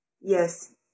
Yes